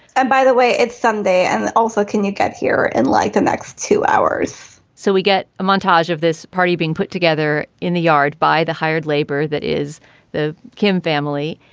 and by the way it's sunday. and also can you get here and like the next two hours so we get a montage of this party being put together in the yard by the hired labor that is the kim family.